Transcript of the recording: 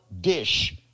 dish